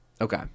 Okay